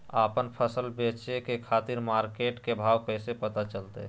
आपन फसल बेचे के खातिर मार्केट के भाव कैसे पता चलतय?